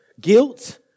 guilt